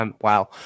wow